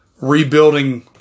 rebuilding